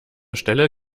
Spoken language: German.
stelle